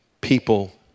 people